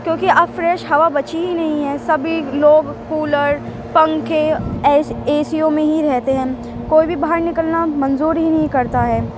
کیونکہ اب فریش ہوا بچی ہی نہیں ہے سبھی لوگ کولر پنکھے اے سیوں میں ہی رہتے ہیں کوئی بھی باہر نکلنا منظور ہی نہیں کرتا ہے